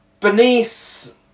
Benice